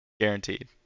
Guaranteed